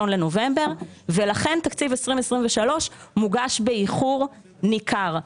בנובמבר ולכן תקציב 2023 מוגש באיחור ניכר,